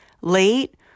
late